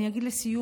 אני אגיד לסיום,